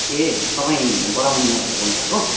ए तपाईँ बडा मङमायाबाट बोल्नुभएको